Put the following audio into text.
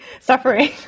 suffering